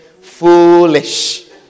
foolish